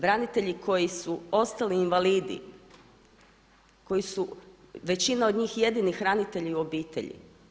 Branitelji koji su ostali invalidi, koji su većina od njih jedini hranitelji obitelji.